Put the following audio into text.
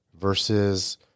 versus –